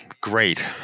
great